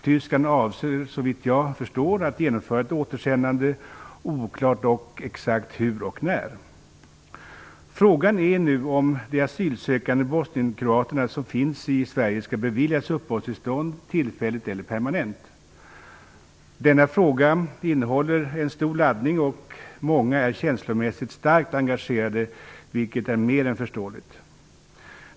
Tyskland avser såvitt jag förstår att genomföra ett återsändande, oklart dock exakt hur och när. Frågan är nu om de asylsökande bosnienkroater som finns i Sverige skall beviljas uppehållstillstånd tillfälligt eller permanent. Denna fråga innehåller en stor laddning, och många är känslomässigt starkt engagerade, vilket är mer än förståeligt.